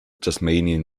tasmanian